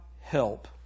help